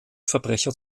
verbrecher